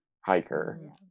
hiker